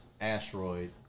asteroid